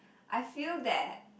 I feel that